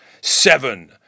Seven